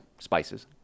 spices